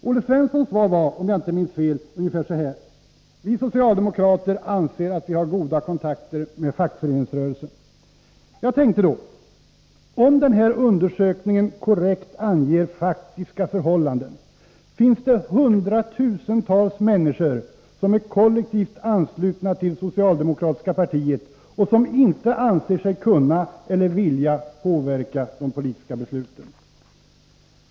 Olle Svenssons svar löd, om jag inte minns fel, ungefär så här: Vi socialdemokrater anser att vi har goda kontakter med fackföreningsrörelsen. Jag tänkte då: Om undersökningen korrekt anger faktiska förhållanden, finns det hundratusentals människor som är kollektivt anslutna till socialdemokratiska partiet och som inte anser sig kunna eller vilja påverka de politiska besluten.